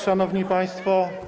Szanowni Państwo!